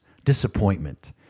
disappointment